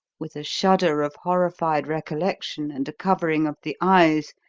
with a shudder of horrified recollection and a covering of the eyes,